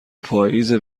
پاییزه